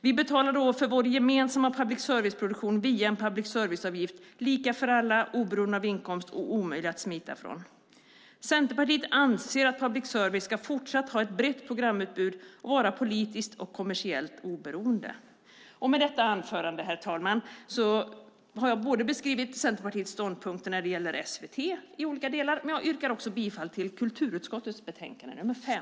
Vi betalar då för vår gemensamma public service-produktion via en public service-avgift, lika för alla oberoende av inkomst och omöjlig att smita från. Centerpartiet anser att public service ska fortsatt ha ett brett programutbud och vara politiskt och kommersiellt oberoende. Med detta anförande, herr talman, har jag beskrivit Centerpartiets ståndpunkter när det gäller SVT i olika delar, och jag yrkar bifall till förslaget i kulturutskottets betänkande nr 5.